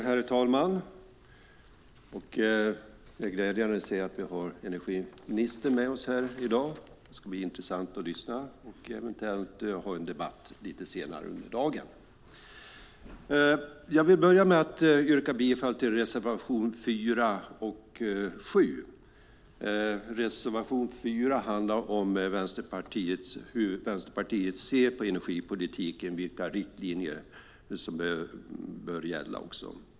Herr talman! Det är glädjande att se att vi har energiministern med oss här i dag. Det ska bli intressant att lyssna och eventuellt ha en debatt lite senare under dagen. Jag vill börja med att yrka bifall till reservationerna 4 och 7. Reservation 4 handlar om hur Vänsterpartiet ser på energipolitiken och vilka riktlinjer som bör gälla.